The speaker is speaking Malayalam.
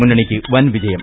മുന്നണിക്ക് വൻ വിജയം